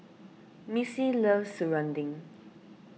Missy loves serunding